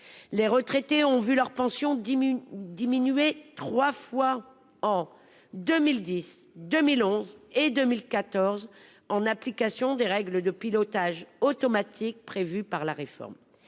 Les retraités ont vu leur pension diminuer trois fois- en 2010, 2011 et 2014 -, en application des règles de pilotage automatique prévues par la réforme.